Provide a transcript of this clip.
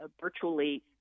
virtually